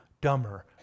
dumber